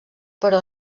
però